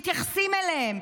מתייחסים אליהם.